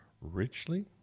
richly